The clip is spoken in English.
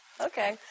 Okay